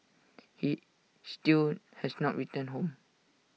he still has not returned home